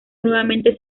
nuevamente